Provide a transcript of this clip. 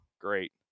Great